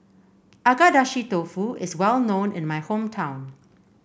Agedashi Dofu is well known in my hometown